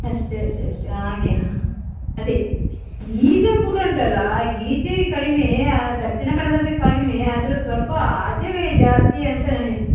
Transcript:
ಅಷ್ಟೆ ಅಷ್ಟೆ ಅಷ್ಟೆ ಆಗೇ ಹಾಂ ಹಾಂ ಹಾಂ ಅದೇ ಈಗ ಕೂಡ ಉಂಟಲ್ಲ ಈಚೆ ಕಡಿಮೆ ಆ ದಕ್ಷಿಣ ಕನ್ನಡದಲ್ಲಿ ಕಡಿಮೆ ಆದರೆ ಸ್ವಲ್ಪ ಆಚೆಗೇ ಜಾಸ್ತಿಯ ಅಂತ ನನಿಗೆ